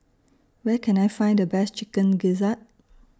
Where Can I Find The Best Chicken Gizzard